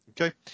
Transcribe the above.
Okay